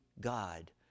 God